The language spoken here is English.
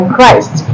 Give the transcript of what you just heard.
Christ